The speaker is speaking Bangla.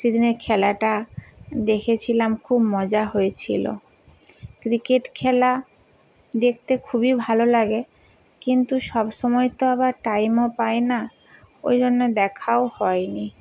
সেদিনের খেলাটা দেখেছিলাম খুব মজা হয়েছিলো ক্রিকেট খেলা দেখতে খুবই ভালো লাগে কিন্তু সব সময় তো আবার টাইমও পাই না ওই জন্যে দেখাও হয় নি